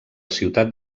ciutat